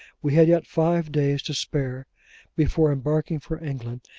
we had yet five days to spare before embarking for england,